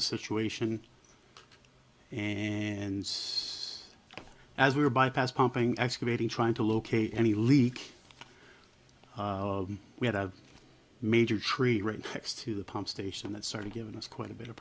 the situation and us as we were bypassed pumping excavating trying to locate any leak we had a major tree right next to the pump station and it started giving us quite a bit of